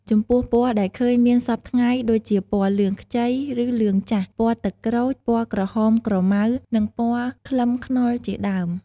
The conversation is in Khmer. ចំពោះពណ៌ដែលឃើញមានសព្វថ្ងៃដូចជាពណ៌លឿងខ្ចី ឬលឿងចាស់ ពណ៌ទឹកក្រូច ពណ៌ក្រហមក្រមៅ និងពណ៌ខ្លឹមខ្នុរ ជាដើម។